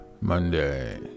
Monday